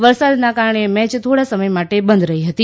વરસાદના કારણે મેચ થોડા સમય માટે બંધ રહી હતી